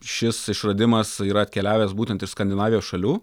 šis išradimas yra atkeliavęs būtent iš skandinavijos šalių